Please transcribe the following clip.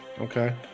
Okay